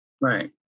Right